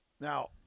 Now